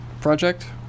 project